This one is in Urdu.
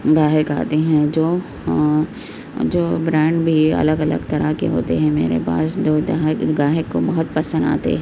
گاہک آتے ہیں جو جو برانڈ بھی الگ الگ طرح کے ہوتے ہیں میرے پاس دو گاہک گاہک کو بہت پسند آتے